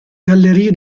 gallerie